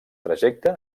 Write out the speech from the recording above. trajecte